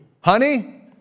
honey